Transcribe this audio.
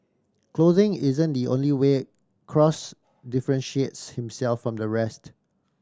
clothing isn't the only way Cross differentiates himself from the rest